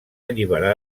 alliberar